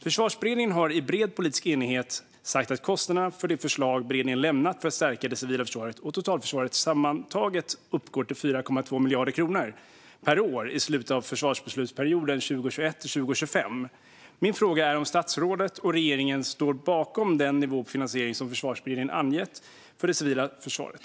Försvarsberedningen har i bred politisk enighet sagt att kostnaderna för det förslag för att stärka det civila försvaret och totalförsvaret som beredningen har lämnat sammantaget uppgår till 4,2 miljarder kronor per år i slutet av försvarsbeslutsperioden 2021-2025. Min fråga gäller om statsrådet och regeringen står bakom den nivå på finansiering som Försvarsberedningen har angett för det civila försvaret.